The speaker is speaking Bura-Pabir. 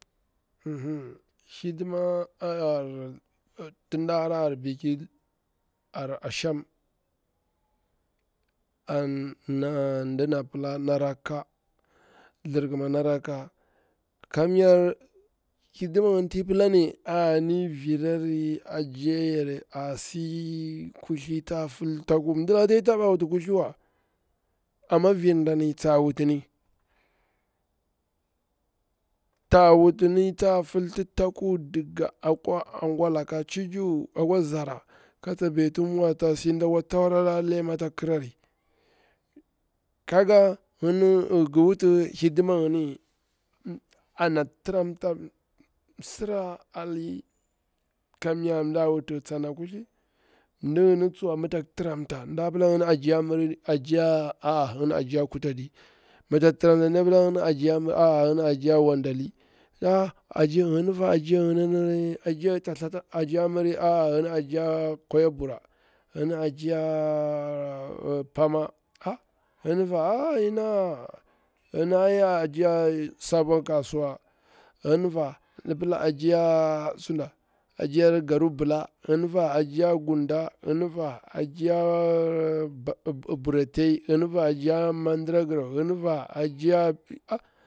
hidima nti da hara a biki ar a sham ndana pila thlirkima na rakka, kamnyar hidima ngini, kamnyar hidima gini ti pila ni anri virari ajiya yari asi, kuthli ta fultakur mdilaka taɗi taba wuti kuthlina amma vir dani tsa wutini tsa filti taku akwa zara laka chuchu kata beti mwa, tasi ndakwa tawa lari lema a ta kira ri, kaga ngi wuti hidima ngini a na tiramta msira di kamnya da wut kuthli, mdini tsuwa mi tsak tiramta nɗa pila ajiya miri, a a nda pila gini ajiya kutaɗi, mi gini tira mta, nda pila ajiya wandai, guni fa ajiya miri, a a gini ajiya kwaya bura, gini pama, ginifa aa gini ina, ai gini ajiya sabon kasuwa, gini fa ndi pila ajiya a suna garubula, ginifa gunda, gini fa mandira girau, buratai girifa,